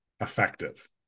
effective